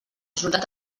resultat